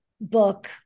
book